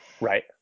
Right